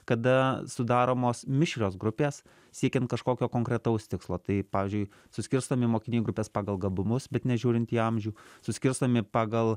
kada sudaromos mišrios grupės siekiant kažkokio konkretaus tikslo tai pavyzdžiui suskirstomi mokiniai į grupes pagal gabumus bet nežiūrint į amžių suskirstomi pagal